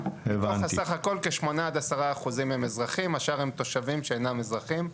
סך בכל 8-10% מהם הם אזרחים והשאר הם תושבים שאינם אזרחים.